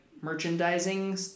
merchandising